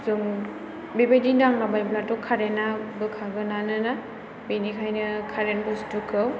जों बेबायदि नांलाबायबाथ' कारेन्ताव बोखागोनानो ना मानोना बेनिखायनो कारेन्त बुस्थुखौ